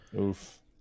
Oof